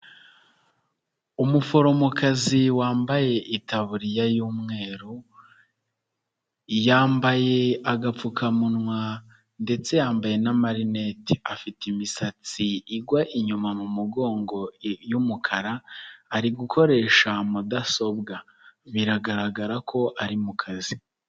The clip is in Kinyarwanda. Umuforomokazi wambaye itaburiya y'umweru, yambaye agapfukamunwa ndetse yambaye n'amarinete, afite imisatsi igwa inyuma mu mugongo y'umukara, ari gukoresha mudasobwa biragaragara ko ari mu kazi.